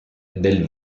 del